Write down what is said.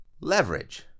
leverage